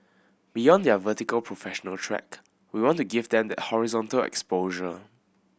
beyond their vertical professional track we want to give them that horizontal exposure